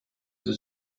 für